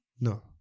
No